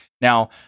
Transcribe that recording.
Now